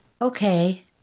okay